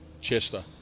Chester